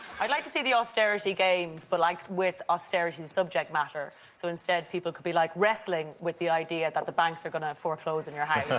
i'd like to see the austerity games, but like with austerity the subject matter, so instead people could be, like, wrestling with the idea that the banks are going to foreclose on your house.